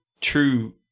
true